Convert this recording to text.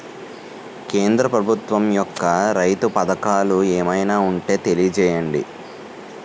కేంద్ర ప్రభుత్వం యెక్క రైతు పథకాలు ఏమైనా ఉంటే తెలియజేయండి?